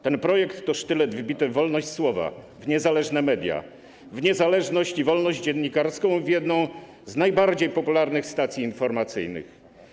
Ten projekt to sztylet wbity w wolność słowa, w niezależne media, w niezależność i wolność dziennikarską i w jedną z najbardziej popularnych stacji informacyjnych.